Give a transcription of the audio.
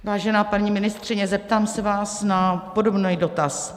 Vážená paní ministryně, zeptám se vás na podobný dotaz.